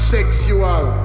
Sexual